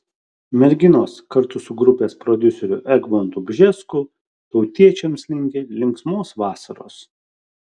merginos kartu su grupės prodiuseriu egmontu bžesku tautiečiams linki linksmos vasaros